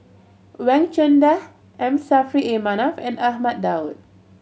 Wang Chunde M Saffri A Manaf and Ahmad Daud